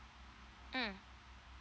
mm